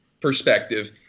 perspective –